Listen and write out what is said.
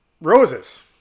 roses